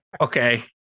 Okay